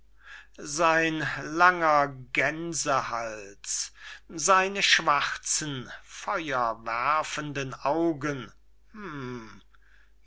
sein langer gänsehals seine schwarzen feuerwerfenden augen